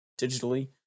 digitally